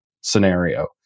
scenario